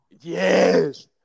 Yes